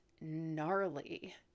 gnarly